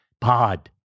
Pod